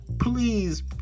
Please